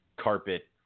carpet